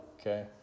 Okay